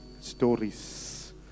stories